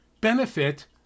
benefit